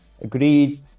agreed